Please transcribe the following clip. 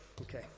Okay